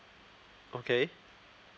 okay